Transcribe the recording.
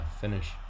finish